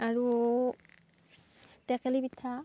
আৰু টেকেলি পিঠা